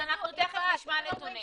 אז אנחנו תיכף נשמע נתונים.